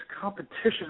competition